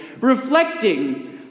reflecting